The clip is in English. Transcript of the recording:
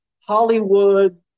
Hollywood